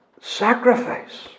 sacrifice